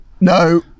no